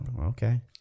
Okay